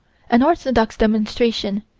an orthodox demonstration,